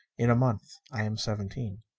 in a month i am seventeen.